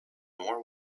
more